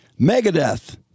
megadeth